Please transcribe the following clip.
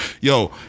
Yo